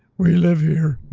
we live here.